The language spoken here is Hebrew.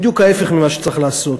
בדיוק ההפך ממה שצריך לעשות.